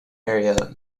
area